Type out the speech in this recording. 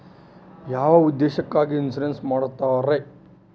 ಯಾವ ಉದ್ದೇಶಕ್ಕಾಗಿ ಇನ್ಸುರೆನ್ಸ್ ಮಾಡ್ತಾರೆ?